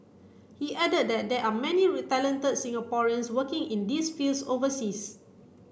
he added that there are many talented Singaporeans working in these fields overseas